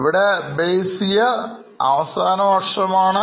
ഇവിടെ base year അവസാനവർഷമാണ്